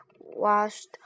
washed